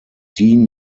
dean